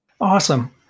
Awesome